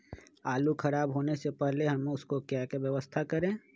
आलू खराब होने से पहले हम उसको क्या व्यवस्था करें?